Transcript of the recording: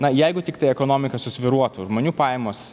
na jeigu tiktai ekonomika susvyruotų žmonių pajamos